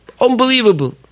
Unbelievable